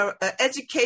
education